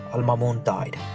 al-mamun died.